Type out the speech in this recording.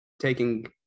taking